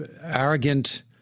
arrogant